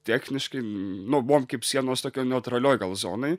techniškai nu buvom kaip sienos tokioj neutralioj gal zonoj